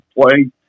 play